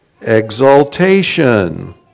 exaltation